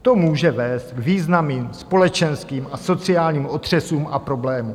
To může vést k významným společenským a sociálním otřesům a problémům.